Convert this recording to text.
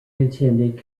attended